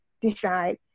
decide